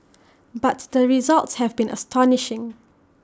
but the results have been astonishing